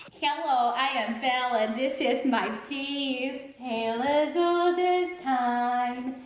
hello, i am belle and this is my beast. tale as old as time.